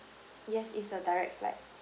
yes it's a direct flight